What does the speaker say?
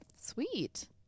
Sweet